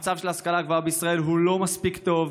המצב של ההשכלה הגבוהה בישראל הוא לא מספיק טוב.